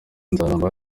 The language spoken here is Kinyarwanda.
nzaramba